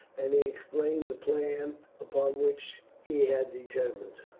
and he explained the plan upon which he had determined.